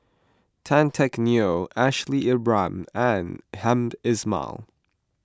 Tan Teck Neo Ashley Isham and Hamed Ismail